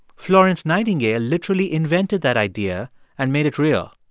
florence nightingale literally invented that idea and made it real.